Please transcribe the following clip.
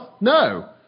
No